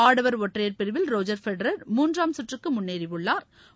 ஆடவா் ஒற்றையா் பிரிவில் ரோஜா் ஃபெடரா் மூன்றாம் சுற்றுக்கு முன்னேறியுள்ளாா்